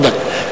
תפאדל.